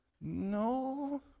No